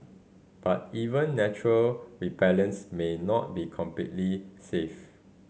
but even natural repellents may not be completely safe